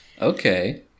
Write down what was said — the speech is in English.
Okay